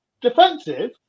defensive